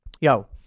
Yo